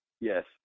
Yes